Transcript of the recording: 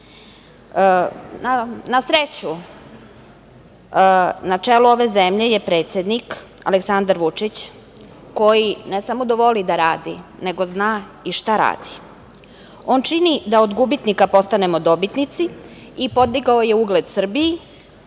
sreću, na čelu ove zemlje je predsednik Aleksandar Vučić koji, ne samo da voli da radi, nego zna i šta radi. On čini da od gubitnika postanemo dobitnici i podigao je ugled Srbiji,